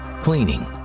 cleaning